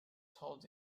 told